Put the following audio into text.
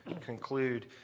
conclude